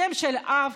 השם של האב,